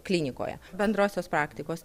klinikoje bendrosios praktikos